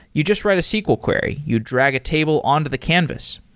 you just write a sql query. you drag a table onto the canvas.